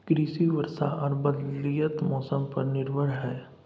कृषि वर्षा आर बदलयत मौसम पर निर्भर हय